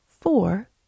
four